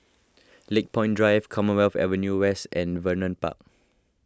Lakepoint Drive Commonwealth Avenue West and Vernon Park